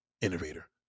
innovator